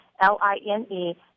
L-I-N-E